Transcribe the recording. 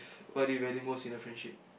what do you value most in a friendship